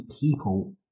people